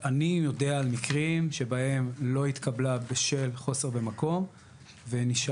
אני יודע על מקרים שבהם לא התקבלה בשל חוסר במקום ונשארה